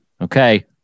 Okay